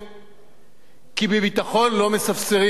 כי בביטחון לא מספסרים, כמו שאמר דב חנין,